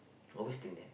always think that